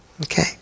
Okay